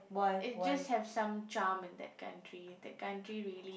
it just have some charm in that country that country really